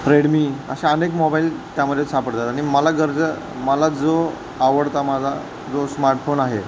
Redmi अशा अनेक mobile त्यामध्ये सापडतात आणि मला गरजा मला जो आवडता माझा जो स्मार्टफोन आहे